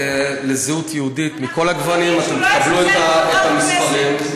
אנחנו מעוניינים שהוא לא יזלזל בחברות הכנסת.